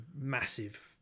massive